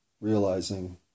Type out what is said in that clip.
realizing